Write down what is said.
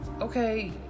Okay